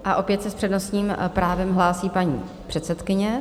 A opět se s přednostním právem hlásí paní předsedkyně.